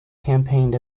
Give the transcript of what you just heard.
campaigned